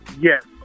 yes